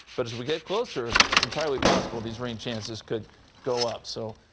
but as we get closer, it's entirely possible. these rain chances could go up so